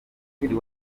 mujyi